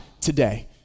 today